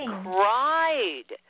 cried